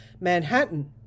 Manhattan